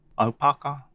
alpaca